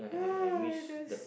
yeah those